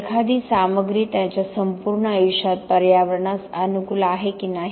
एखादी सामग्री त्याच्या संपूर्ण आयुष्यात पर्यावरणास अनुकूल आहे की नाही